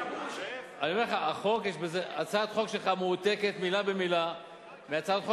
הצעת החוק שלך מועתקת מלה במלה מהצעת חוק